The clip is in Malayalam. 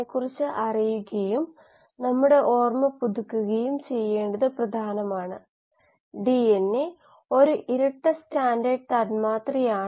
ഈ പദങ്ങൾ കോശ അവസ്ഥഉപാപചയ അവസ്ഥ ഊർജ്ജ അവസ്ഥ റെഡോക്സ് അവസ്ഥമുതലായവ ഇവ ഒരുതരം സരളമായ പദങ്ങളാണ്